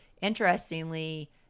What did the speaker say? interestingly